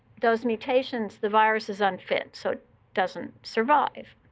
those mutations the virus is unfit, so it doesn't survive.